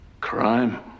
Crime